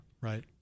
Right